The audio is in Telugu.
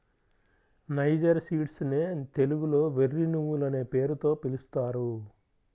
నైజర్ సీడ్స్ నే తెలుగులో వెర్రి నువ్వులనే పేరుతో పిలుస్తారు